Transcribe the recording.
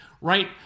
right